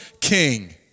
king